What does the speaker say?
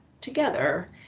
together